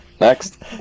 next